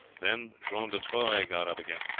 then john de troyes got up again.